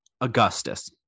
Augustus